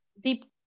deep